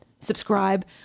subscribe